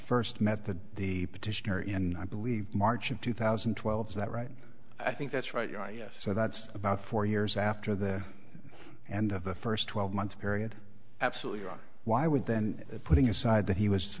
first met the the petitioner in i believe march of two thousand and twelve is that right i think that's right yes so that's about four years after the end of the first twelve month period absolutely wrong why would then putting aside that he was